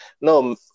no